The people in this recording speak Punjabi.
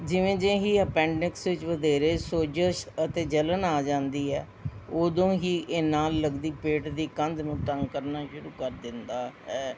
ਜਿਵੇਂ ਜਿਹੀ ਐਪੈਂਡਿਕਸ ਵਿੱਚ ਵਧੇਰੇ ਸੋਜਸ਼ ਅਤੇ ਜਲਣ ਆ ਜਾਂਦੀ ਹੈ ਓਦੋਂ ਹੀ ਇਹ ਨਾਲ ਲੱਗਦੀ ਪੇਟ ਦੀ ਕੰਧ ਨੂੰ ਤੰਗ ਕਰਨਾ ਸ਼ੁਰੂ ਕਰ ਦਿੰਦਾ ਹੈ